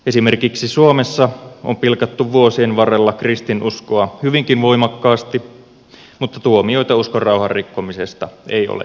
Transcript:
esimerkiksi suomessa on pilkattu vuosien varrella kristinuskoa hyvinkin voimakkaasti mutta tuomioita uskonrauhan rikkomisesta ei ole jaettu